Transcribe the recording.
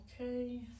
Okay